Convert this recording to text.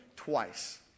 twice